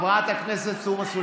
חבר הכנסת בן גביר,